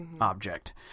object